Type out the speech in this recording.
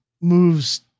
moves